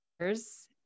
years